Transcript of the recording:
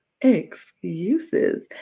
excuses